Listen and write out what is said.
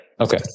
Okay